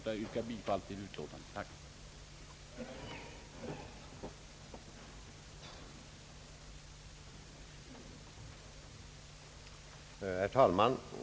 Jag ber att få vidhålla mitt yrkande om bifall till utskottets utlåtande.